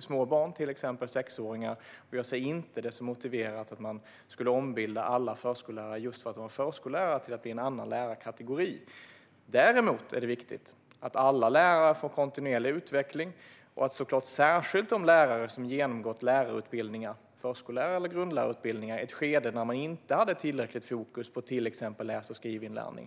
små barn, till exempel sexåringar, och jag ser det inte som motiverat att man skulle ombilda alla förskollärare till en annan lärarkategori för att de var just förskollärare. Däremot är det viktigt att alla lärare får kontinuerlig utveckling, särskilt de lärare som genomgått förskollärar eller grundlärarutbildning i ett tidigare skede, då man inte hade tillräckligt fokus på till exempel läs och skrivinlärning.